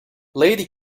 lady